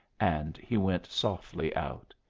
and he went softly out.